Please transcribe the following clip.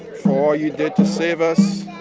for all you did to save us